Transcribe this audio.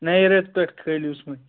نٔے ریتہٕ پٮ۪ٹھٕ کھٲلوُس ونۍ